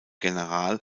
general